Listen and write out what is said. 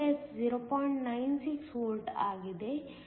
96 volt ಆಗಿದೆ